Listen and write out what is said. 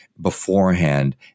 beforehand